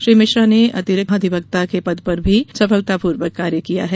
श्री मिश्रा ने अतिरिक्त महाधिवक्ता के पद पर भी सफलता पूर्वक काम किया है